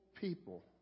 people